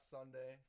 Sunday